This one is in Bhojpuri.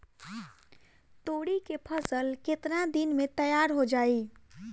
तोरी के फसल केतना दिन में तैयार हो जाई?